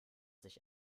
sich